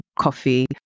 coffee